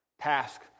task